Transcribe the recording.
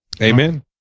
Amen